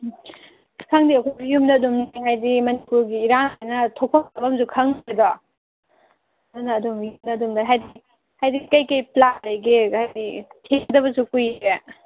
ꯈꯪꯗꯦ ꯑꯩꯈꯣꯏꯁꯨ ꯌꯨꯝꯗ ꯑꯗꯨꯝ ꯍꯥꯏꯗꯤ ꯃꯅꯤꯄꯨꯔꯒꯤ ꯏꯔꯥꯡꯁꯤꯅ ꯊꯣꯛꯐꯝ ꯆꯠꯐꯝꯁꯨ ꯈꯪꯗ꯭ꯔꯦꯗꯣ ꯑꯗꯨꯅ ꯑꯗꯨꯝ ꯌꯨꯝꯗ ꯑꯗꯨꯝ ꯂꯩ ꯍꯥꯏꯗꯤ ꯀꯔꯤ ꯀꯔꯤ ꯄ꯭ꯂꯥꯟ ꯂꯩꯒꯦ ꯍꯥꯏꯗꯤ ꯊꯦꯡꯅꯗꯕꯁꯨ ꯀꯨꯏꯔꯦ